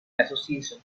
association